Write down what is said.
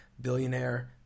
billionaire